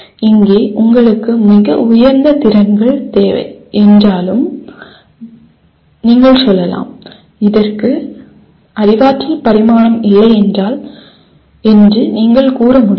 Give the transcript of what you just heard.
இங்கே உங்களுக்கு மிக உயர்ந்த திறன்கள் தேவை என்றாலும் நீங்கள் சொல்லலாம் இதற்கு அறிவாற்றல் பரிமாணம் இல்லை என்று நீங்கள் கூற முடியாது